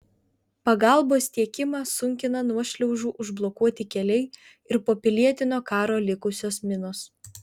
pagalbos tiekimą sunkina nuošliaužų užblokuoti keliai ir po pilietinio karo likusios minos